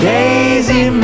Daisy